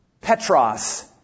petros